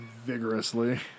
Vigorously